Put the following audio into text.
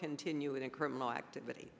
continue in criminal activity